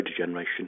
degeneration